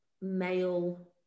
male